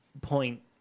point